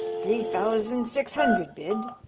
three thousand six hundred bid.